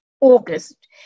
August